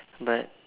but